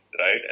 right